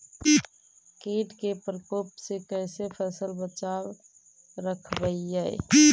कीट के परकोप से कैसे फसल बचाब रखबय?